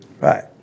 right